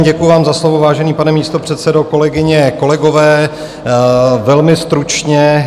Děkuji vám za slovo, vážený pane místopředsedo. Kolegyně, kolegové, velmi stručně.